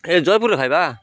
ଏ ଜୟପୁରରେ ଖାଇବା